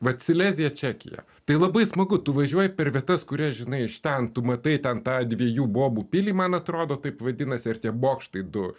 vat silezija čekija tai labai smagu tu važiuoji per vietas kurias žinai iš ten tu matai ten tą dviejų bobų pilį man atrodo taip vadinasi ir tie bokštai du